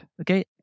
okay